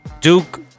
Duke